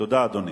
תודה, אדוני.